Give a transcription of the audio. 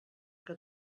que